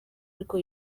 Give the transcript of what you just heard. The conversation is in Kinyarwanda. ariko